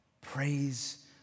Praise